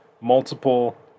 multiple